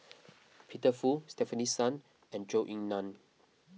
Peter Fu Stefanie Sun and Zhou Ying Nan